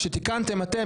כאשר תיקנתם אתם,